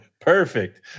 Perfect